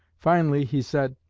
finally he said,